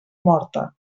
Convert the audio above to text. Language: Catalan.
morta